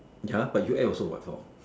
ya but you ate also what all